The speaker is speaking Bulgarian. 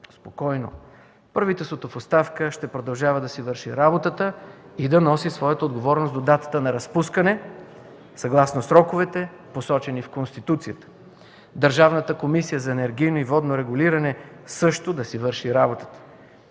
спокойно. Правителството в оставка ще продължава да си върши работата и да носи своята отговорност до датата на разпускане, съгласно сроковете, посочени в Конституцията. Държавната комисия за енергийно и водно регулиране също да си върши работата.